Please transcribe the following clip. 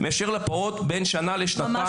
מאשר לפעוט בין שנה לשנתיים,